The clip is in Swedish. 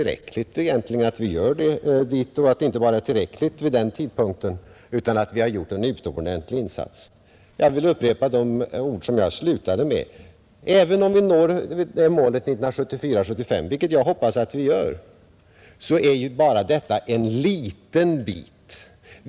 Man tycker att uppnåendet av detta mål vid den tidpunkten inte bara är tillräckligt utan även att vi har gjort en utomordentlig insats. Jag vill upprepa de ord med vilka jag nyss slutade: Även om vi når enprocentsmålet 1974/75 — vilket jag hoppas att vi gör — är detta bara en liten bit på vägen.